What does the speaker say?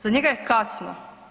Za njega je kasno.